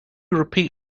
repeat